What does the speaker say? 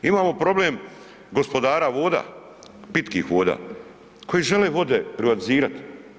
Imamo problem gospodara voda, pitkih voda, koji žele vode privatizirat.